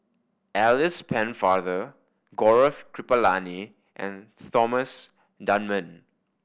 Alice Pennefather Gaurav Kripalani and Thomas Dunman